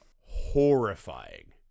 horrifying